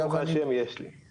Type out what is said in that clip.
ברוך השם יש לי.